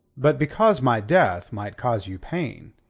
but because my death might cause you pain,